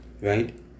right